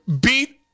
beat